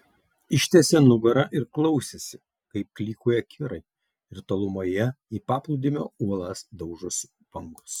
ištiesė nugarą ir klausėsi kaip klykauja kirai ir tolumoje į paplūdimio uolas daužosi bangos